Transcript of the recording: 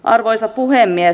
arvoisa puhemies